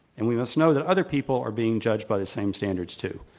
and we must know that other people are being judged by the same standards too.